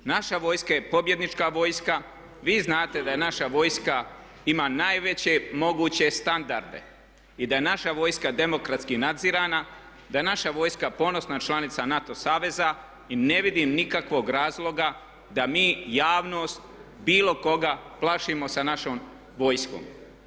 Naša vojska je pobjednička vojska, vi znate da je naša vojska, ima najveće moguće standarde i da je naša vojska demokratski nadzirana, da je naša vojska ponosna članica NATO saveza i ne vidim nikakvog razloga da mi javnost bilo koga plašimo sa našom vojskom.